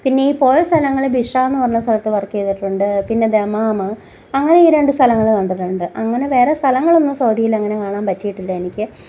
പിന്നെ പോയ സ്ഥലങ്ങൾ ബിഷാ എന്ന് പറഞ്ഞ സ്ഥലത്ത് വർക്ക് ചെയ്തിട്ടുണ്ട് പിന്നെ ദമാമ് അങ്ങനെ ഈ രണ്ടു സ്ഥലങ്ങൾ കണ്ടിട്ടുണ്ട് അങ്ങനെ വേറെ സ്ഥലങ്ങളൊന്നും സൗദിയിൽ അങ്ങനെ കാണാൻ പറ്റിയിട്ടില്ല എനിക്ക്